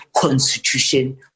constitution